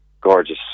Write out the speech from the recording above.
gorgeous